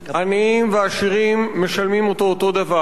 אני והעשירים משלמים אותו דבר.